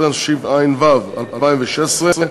התשע״ו 2016,